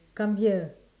come here